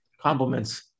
compliments